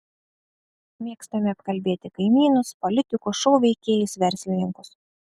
mėgstame apkalbėti kaimynus politikus šou veikėjus verslininkus